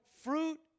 fruit